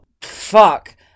Fuck